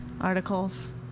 articles